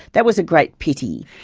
that was a great pity.